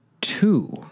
two